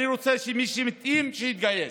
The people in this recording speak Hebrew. אני רוצה שמי שמתאים, יתגייס.